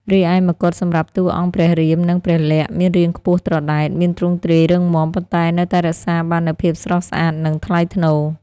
រីឯមកុដសម្រាប់តួអង្គព្រះរាម និងព្រះលក្ខណ៍មានរាងខ្ពស់ត្រដែត មានទ្រង់ទ្រាយរឹងមាំ ប៉ុន្តែនៅតែរក្សាបាននូវភាពស្រស់ស្អាត និងថ្លៃថ្នូរ។